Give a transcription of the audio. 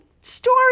story